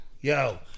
yo